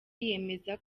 yemeza